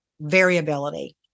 variability